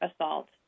assault